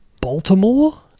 Baltimore